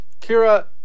Kira